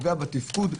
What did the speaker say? בתפקוד,